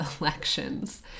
elections